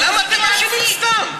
למה אתם מאשימים סתם?